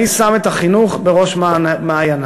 אני שם את החינוך בראש מעייני.